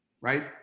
right